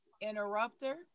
interrupter